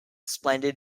splendid